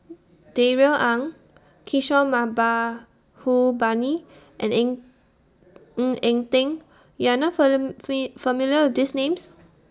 Darrell Ang Kishore Mahbubani and in Ng Eng Teng YOU Are not familiar with These Names